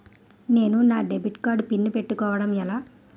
నేను నా debit card pin పెట్టుకోవడం ఎలా?